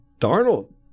Darnold